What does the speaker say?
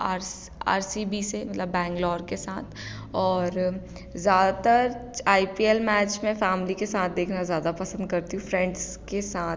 are R C B से मतलब बैंगलोर के साथ और ज़्यादातर आई पी एल मैच में फैमिली के साथ देखना ज़्यादा पसंद करती हूँ फ्रेंड्स के साथ भी